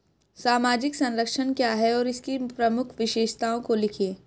सामाजिक संरक्षण क्या है और इसकी प्रमुख विशेषताओं को लिखिए?